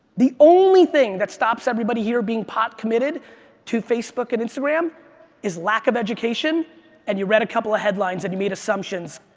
the only thing that stops everybody here being pot committed to facebook and instagram is lack of education and you read a couple of headlines and you made assumptions.